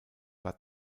war